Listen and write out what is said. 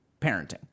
parenting